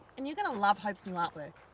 and you're going to love hope's new art work.